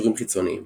קישורים חיצוניים